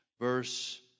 Verse